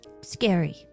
scary